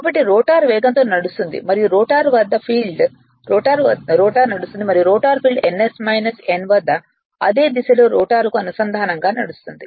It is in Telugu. కాబట్టి రోటర్ వేగంతో నడుస్తుంది మరియు రోటర్ ఫీల్డ్ ns n వద్ద అదే దిశలో రోటర్కు అనుసంధానంగా నడుస్తుంది